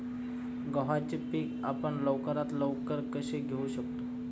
गव्हाचे पीक आपण लवकरात लवकर कसे घेऊ शकतो?